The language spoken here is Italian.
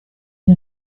gli